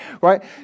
right